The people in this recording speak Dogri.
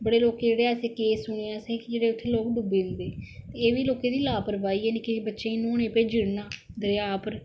बडे लोक जेहडे़ ऐसे कैस सुने असें कि जेहडे़ उत्थै लोक डुबदे डुब्बी जंदे ऐ बी लोकें दी लापरबाही ऐ निक्के निक्के बच्चे न्हौने गी भेजी ओड़ना दरेआ उप्पर